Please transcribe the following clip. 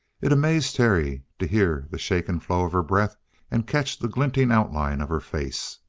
it amazed terry to hear the shaken flow of her breath and catch the glinting outline of her face.